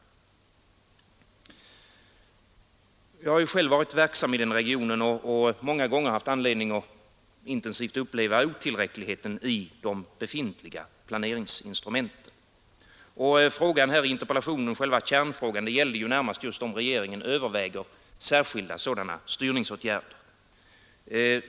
Jag har själv varit verksam i denna region och många gånger intensivt upplevt otillräckligheten i de befintliga planeringsinstrumenten. Kärnfrågan i min interpellation var också huruvida regeringen överväger särskilda styrningsåtgärder.